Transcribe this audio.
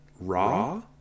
Raw